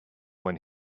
when